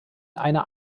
einer